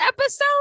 episode